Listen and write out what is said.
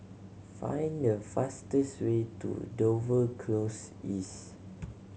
find the fastest way to Dover Close East